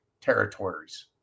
territories